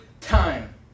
time